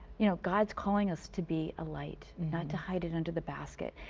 you know, god is calling us to be a light, not to hide it under the basket.